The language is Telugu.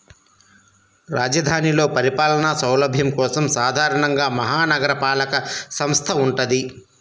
రాజధానిలో పరిపాలనా సౌలభ్యం కోసం సాధారణంగా మహా నగరపాలక సంస్థ వుంటది